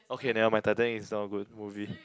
okay never mind Titanic is not a good movie